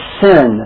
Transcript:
sin